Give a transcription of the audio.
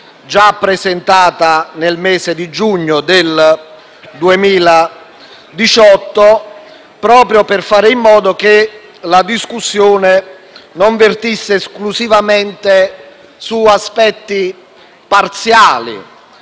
presentata nel mese di giugno del 2018, proprio per fare in modo che la discussione non vertesse esclusivamente su aspetti parziali,